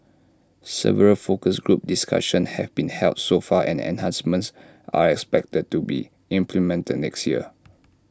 several focus group discussions have been held so far and enhancements are expected to be implemented next year